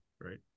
right